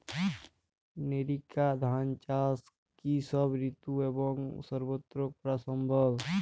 NERICA ধান চাষ কি সব ঋতু এবং সবত্র করা সম্ভব?